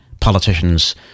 politicians